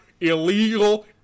illegal